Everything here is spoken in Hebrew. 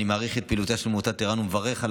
אני מעריך את פעילותה של עמותת ער"ן ומברך על